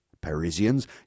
Parisians